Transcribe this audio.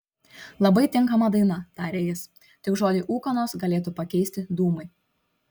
labai tinkama daina tarė jis tik žodį ūkanos galėtų pakeisti dūmai